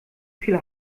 viel